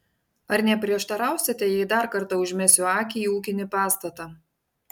ar neprieštarausite jei dar kartą užmesiu akį į ūkinį pastatą